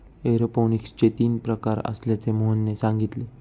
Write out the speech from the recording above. एरोपोनिक्सचे तीन प्रकार असल्याचे मोहनने सांगितले